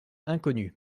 inconnu